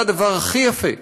זה הדבר הכי יפה